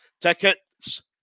Tickets